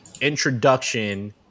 introduction